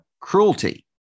cruelty